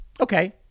Okay